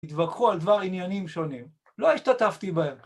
התווכחו על דבר עניינים שונים, לא השתתפתי בהם.